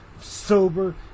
sober